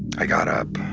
i got up.